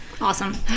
Awesome